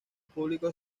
público